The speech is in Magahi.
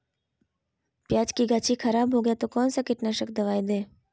प्याज की गाछी खराब हो गया तो कौन सा कीटनाशक दवाएं दे?